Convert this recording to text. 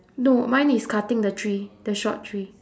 no mine is cutting the tree the short tree